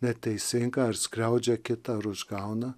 neteisinga ar skriaudžia kitą ar užgauna